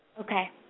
Okay